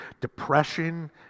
Depression